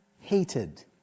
hated